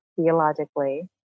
theologically